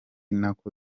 nako